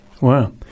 Wow